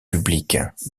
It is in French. public